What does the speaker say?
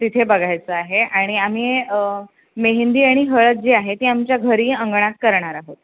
तिथे बघायचं आहे आणि आम्ही मेहेंदी आणि हळद जी आहे ती आमच्या घरी अंगणात करणार आहोत